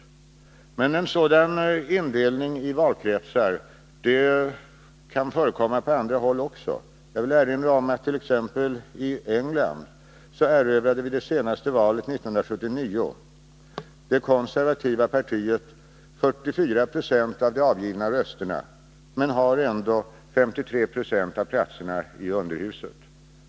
Men en sådan indelning i valkretsar kan också förekomma på andra håll. Jag vill erinra om att t.ex. i England erövrade vid det senaste valet 1979 det konservativa partiet 44 26 av de avgivna rösterna men har ändå 53 90 av platserna i underhuset.